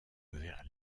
vers